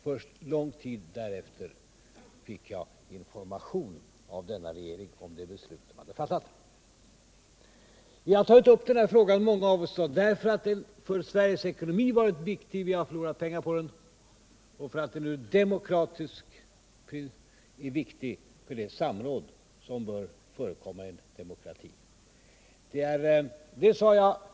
Först långt därefter fick jag information av denna regering om det beslut den hade fattat. Vi är många som har tagit upp den här frågan, därför att den varit viktig för Sveriges ekonomi — vi har förlorat pengar på den — och för att den är viktig från demokratisk synpunkt; i en demokrati bör samråd förekomma.